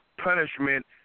punishment